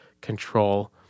control